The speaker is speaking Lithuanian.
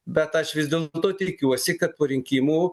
bet aš vis dėlto tikiuosi kad po rinkimų